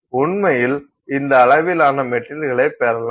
உண்மையில் இந்த அளவிலான மெட்டீரியல்களை பெறலாம்